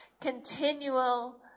continual